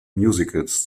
musicals